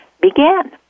began